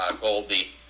Goldie